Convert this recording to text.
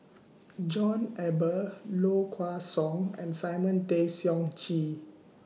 John Eber Low Kway Song and Simon Tay Seong Chee